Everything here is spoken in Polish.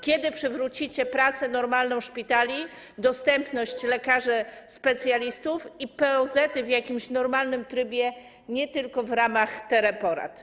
Kiedy przywrócicie normalną pracę szpitali, dostępność lekarzy specjalistów i POZ w jakimś normalnym trybie, nie tylko w ramach teleporad?